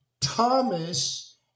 Thomas